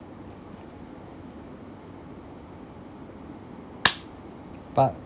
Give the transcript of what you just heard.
part